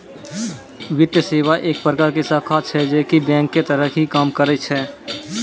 वित्तीये सेवा एक प्रकार के शाखा छै जे की बेंक के तरह ही काम करै छै